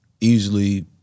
easily